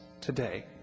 today